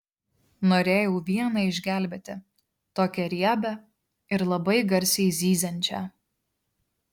norėjau vieną išgelbėti tokią riebią ir labai garsiai zyziančią